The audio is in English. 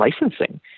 licensing